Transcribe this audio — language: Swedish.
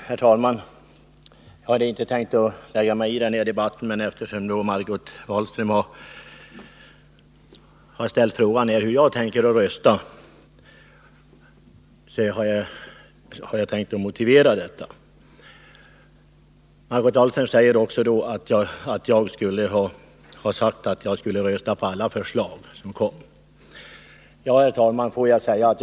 Herr talman! Jag hade inte tänkt gå in i denna debatt, men eftersom Margot Wallström ställde frågan hur jag tänker rösta, vill jag klargöra min inställning. Margot Wallström påstår att jag skulle ha sagt att jag skulle rösta på alla förslag som läggs fram. Herr talman!